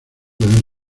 deben